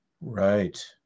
Right